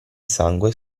sangue